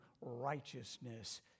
righteousness